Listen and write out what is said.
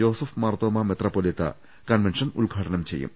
ജോ സഫ് മാർത്തോമാ മെത്രാ പൊ ലീത്ത കൺവെൻഷൻ ഉദ്ഘാടനം ചെയ്യും